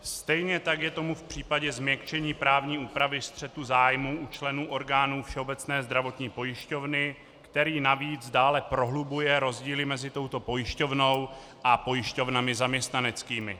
Stejně tak je tomu v případě změkčení právní úpravy střetu zájmů u členů orgánů Všeobecné zdravotní pojišťovny, který navíc dále prohlubuje rozdíly mezi touto pojišťovnou a pojišťovnami zaměstnaneckými.